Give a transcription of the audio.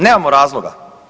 Nemamo razloga.